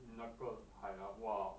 in 那个海 ah !wah!